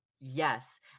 Yes